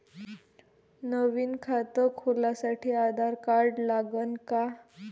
नवीन खात खोलासाठी आधार कार्ड लागन का?